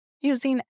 using